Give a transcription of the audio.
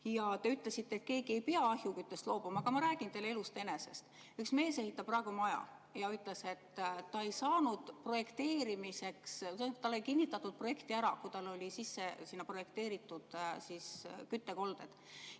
Te ütlesite, et keegi ei pea ahjuküttest loobuma. Aga ma räägin teile elust enesest. Üks mees ehitab praegu maja ja ta ütles, et ta ei saanud projekteerimiseks [luba]. Tal ei kinnitatud projekti ära, sest tal olid sisse projekteeritud küttekolded.